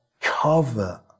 cover